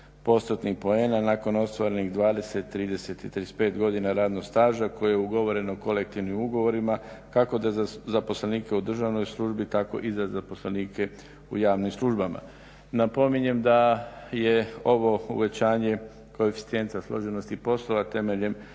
postotnih poena nakon ostvarenih 20, 30 i 35 godina radnog staža koje je ugovoreno kolektivnim ugovorima kako za zaposlenike u državnoj službi, tako i za zaposlenike u javnim službama. Napominjem da je ovo uvećanje koeficijenta složenosti poslova temeljem